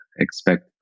expect